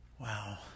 Wow